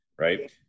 right